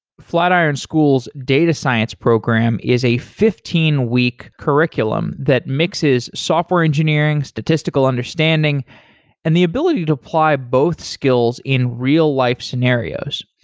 flatiron school's data science program is a fifteen week curriculum that mixes software engineering, statistical understanding and the ability to apply both skills in real-life scenarios.